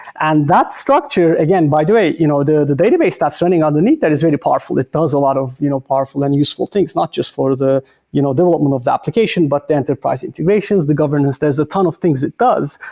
and that structure again, by the way, you know the the database starts underneath, that is really powerful. it does a lot of you know powerful and useful things, not just for the you know development of the application, but the enterprise integrations, the governance. there's a ton of things that does.